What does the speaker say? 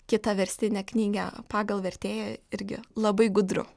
kitą verstinę knygą pagal vertėją irgi labai gudru